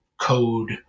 code